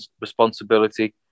responsibility